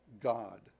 god